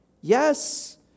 Yes